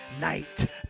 Night